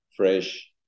fresh